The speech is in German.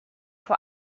vor